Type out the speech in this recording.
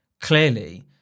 clearly